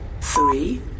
three